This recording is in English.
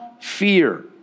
fear